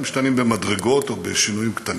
הם משתנים במדרגות או בשינויים קטנים.